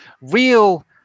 real